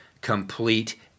complete